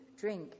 drink